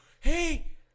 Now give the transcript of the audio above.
hey